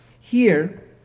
here